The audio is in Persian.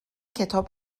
کتاب